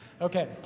Okay